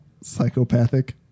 psychopathic